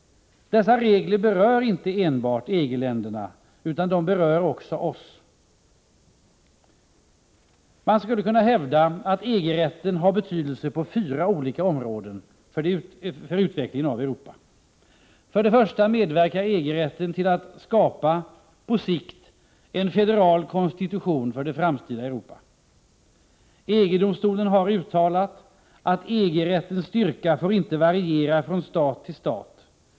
Dessa regler berör inte enbart EG-länderna utan oss alla. Man skulle kunna hävda att EG-rätten har betydelse på fyra olika områden för utvecklingen av Europa. 1. EG-rätten medverkar till att på sikt skapa en generalkonstitution för det framtida Europa. EG-domstolen har uttalat att EG-rättens styrka inte får variera från stat till stat.